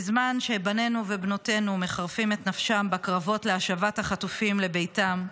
בזמן שבנינו ובנותינו מחרפים את נפשם בקרבות להשבת החטופים לביתם,